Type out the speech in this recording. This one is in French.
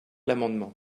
l’amendement